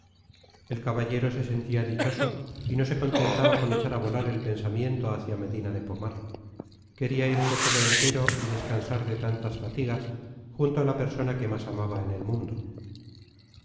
el caballero se sentía dichoso y no se contentaba con echar a volar el pensamiento hacia medina de pomar quería irse todo entero y descansar de tantas fatigas junto a la persona que más amaba en el mundo